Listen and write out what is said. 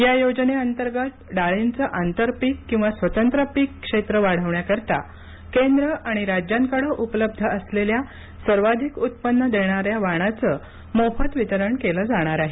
या योजने अंतर्गत डाळींचं आंतरपीक किंवा स्वतंत्र पीक क्षेत्र वाढवण्याकरता केंद्र आणि राज्यांकडे उपलब्ध असलेल्या सर्वाधिक उत्पन्न देणाऱ्या वाणाचं मोफत वितरण केलं जाणार आहे